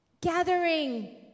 Gathering